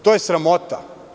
To je sramota.